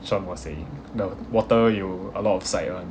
shawn was saying the water 有 a lot of side [one]